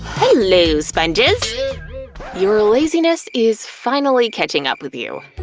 hello, sponges! your laziness is finally catching up with you.